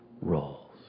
roles